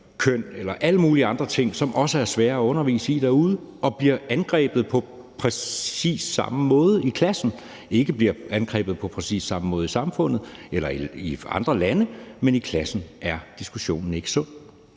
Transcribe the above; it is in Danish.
køn eller alle mulige andre ting, som også er svære undervise i derude og bliver angrebet på præcis samme måde i klassen – ikke bliver angrebet på præcis samme måde i samfundet eller i andre lande, men i klassen – og så er diskussionen ikke sund.